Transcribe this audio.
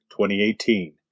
2018